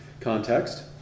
context